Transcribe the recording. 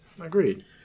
Agreed